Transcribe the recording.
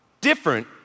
Different